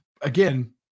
again